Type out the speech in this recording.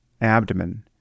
abdomen